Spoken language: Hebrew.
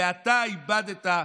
ואתה איבדת,